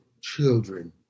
children